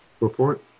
Report